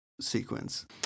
sequence